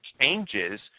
changes